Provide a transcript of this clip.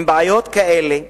עם בעיות כאלה,